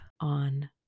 on